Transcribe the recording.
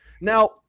Now